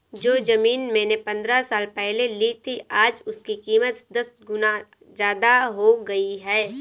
जो जमीन मैंने पंद्रह साल पहले ली थी, आज उसकी कीमत दस गुना जादा हो गई है